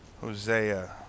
Hosea